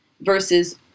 versus